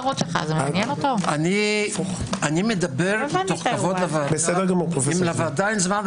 אני מדבר מתוך כבוד לוועדה ואם לוועדה אין זמן,